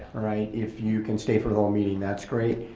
if you can stay for the whole meeting that's great,